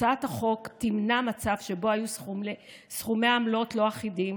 הצעת החוק תמנע את המצב שבו היו סכומי עמלות לא אחידים,